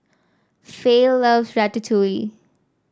Fay love Ratatouille